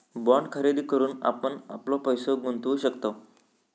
bond खरेदी करून आपण आपलो पैसो गुंतवु शकतव